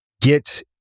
get